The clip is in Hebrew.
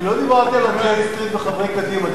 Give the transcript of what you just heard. לא דיברתי על J Street וחברי קדימה,